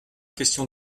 question